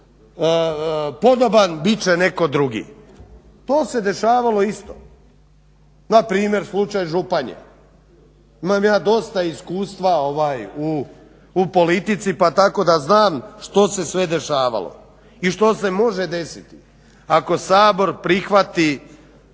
podoban, bit će netko drugi. To se dešavalo isto. Na primjer slučaj Županje. Imam ja dosta iskustva u politici, pa tako da znam što se sve dešavalo i što se može desiti ako Sabor prihvati